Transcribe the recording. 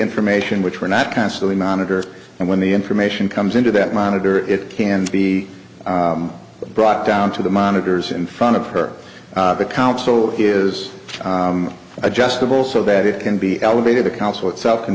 information which were not constantly monitor and when the information comes into that monitor it can be brought down to the monitors in front of her the console is adjustable so that it can be elevated the council itself can